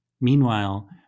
Meanwhile